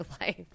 life